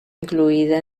incluida